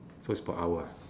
so is per hour ah